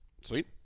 Sweet